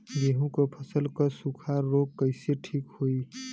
गेहूँक फसल क सूखा ऱोग कईसे ठीक होई?